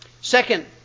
Second